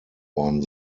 worden